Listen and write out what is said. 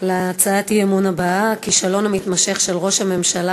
להצעת האי-אמון הבאה: הכישלון המתמשך של ראש הממשלה